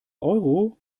euro